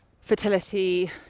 fertility